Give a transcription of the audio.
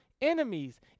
enemies